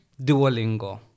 Duolingo